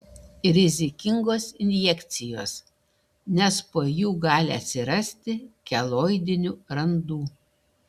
rizikingos injekcijos nes po jų gali atsirasti keloidinių randų